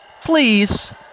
please